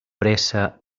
pressa